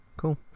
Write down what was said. cool